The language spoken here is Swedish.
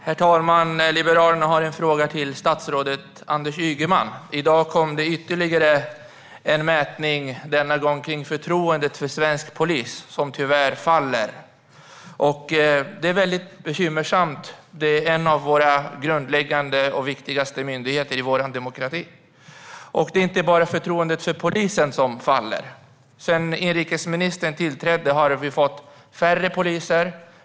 Herr talman! Liberalerna har en fråga till statsrådet Anders Ygeman. I dag kom det ytterligare en mätning, denna gång av förtroendet för svensk polis - som tyvärr faller. Det är väldigt bekymmersamt. Polisen är en av de mest grundläggande och viktigaste myndigheterna i vår demokrati. Det är inte heller bara förtroendet för polisen som faller; sedan inrikesministern tillträdde har vi fått färre poliser.